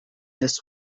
this